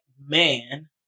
man